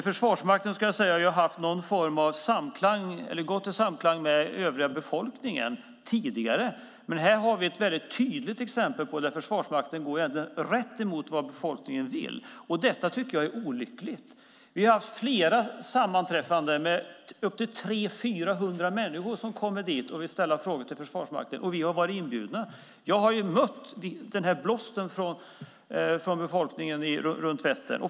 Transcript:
Försvarsmakten har agerat i någon form av samklang med den övriga befolkningen tidigare. Men här har vi ett tydligt exempel där Försvarsmakten går rätt emot vad befolkningen vill. Detta tycker jag är olyckligt. Vi har haft flera sammanträffanden med upp till 300-400 människor som kommer och vill ställa frågor till Försvarsmakten. Vi har varit inbjudna. Jag har mött blåsten från befolkningen runt Vättern.